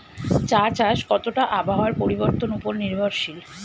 চা চাষ কতটা আবহাওয়ার পরিবর্তন উপর নির্ভরশীল?